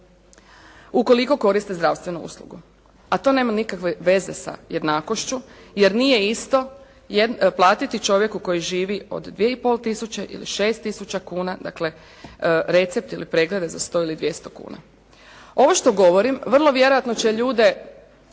ukoliko koriste zdravstvenu uslugu a to nema nikakve veze sa jednakošću jer nije isto platiti čovjeku koji živi od 2,5 tisuće ili 6 tisuća kuna recept ili preglede za 100 ili 200 kuna. Ovo što govorim vrlo vjerojatno će ljude